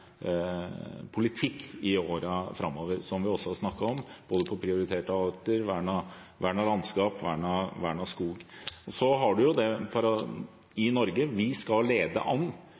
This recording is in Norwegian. politikk i årene framover, noe vi også har snakket om når det gjelder både prioriterte arter, vernet landskap og vernet skog. I Norge skal vi lede an